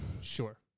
Sure